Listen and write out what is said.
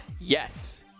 Yes